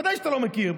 בוודאי שאתה לא מכיר.